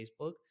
Facebook